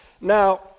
Now